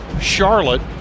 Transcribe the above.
Charlotte